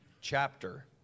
chapter